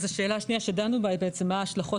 אז השאלה השנייה שדנו בה היא בעצם מה ההשלכות